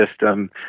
system